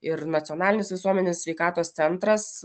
ir nacionalinis visuomenės sveikatos centras